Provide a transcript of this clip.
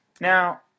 Now